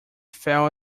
fell